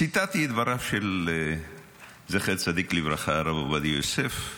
ציטטתי את דבריו של זכר צדיק לברכה הרב עובדיה יוסף,